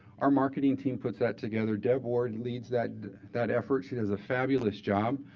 our marketing team puts that together. deb ward leads that that effort. she does a fabulous job.